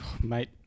Mate